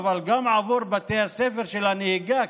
אבל גם עבור בתי הספר לנהיגה,